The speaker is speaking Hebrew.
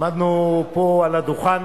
עמדנו פה על הדוכן,